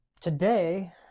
today